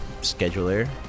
Scheduler